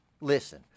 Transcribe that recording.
Listen